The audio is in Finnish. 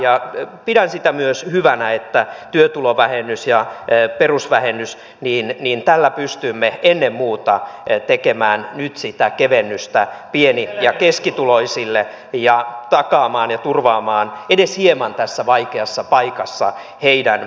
ja pidän myös sitä hyvänä että työtulovähennyksellä ja perusvähennyksellä pystymme ennen muuta tekemään nyt sitä kevennystä pieni ja keskituloisille ja takaamaan ja turvaamaan edes hieman tässä vaikeassa paikassa heidän ostovoimaansa